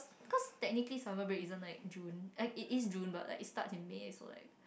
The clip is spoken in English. cause technically summer break isn't like June it is June but it starts in May so